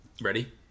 ready